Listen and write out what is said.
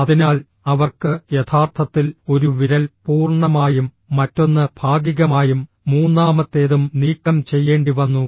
അതിനാൽ അവർക്ക് യഥാർത്ഥത്തിൽ ഒരു വിരൽ പൂർണ്ണമായും മറ്റൊന്ന് ഭാഗികമായും മൂന്നാമത്തേതും നീക്കം ചെയ്യേണ്ടിവന്നു